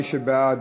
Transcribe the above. מי שבעד,